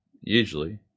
Usually